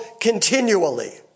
continually